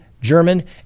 German